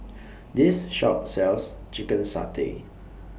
This Shop sells Chicken Satay